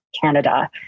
Canada